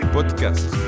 Podcast